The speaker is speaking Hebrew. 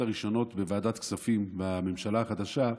הראשונות בוועדת הכספים בממשלה החדשה,